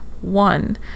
one